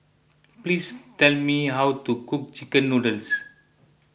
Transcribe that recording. please tell me how to cook Chicken Noodles